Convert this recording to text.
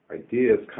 ideas